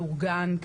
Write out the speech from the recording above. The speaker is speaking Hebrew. מאורגן,